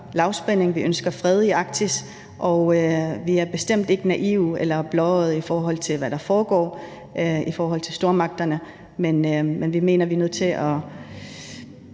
lavspænding, og at vi ønsker fred i Arktis. Og vi er bestemt ikke naive eller blåøjede, i forhold til hvad der foregår med stormagterne, men vi mener, vi er nødt til at